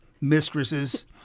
mistresses